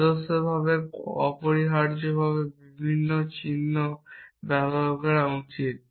আদর্শভাবে অপরিহার্যভাবে বিভিন্ন চিহ্ন ব্যবহার করা উচিত